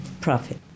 profit